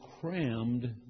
crammed